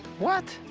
what?